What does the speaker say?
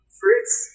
fruits